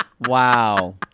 Wow